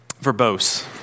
verbose